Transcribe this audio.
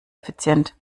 effizient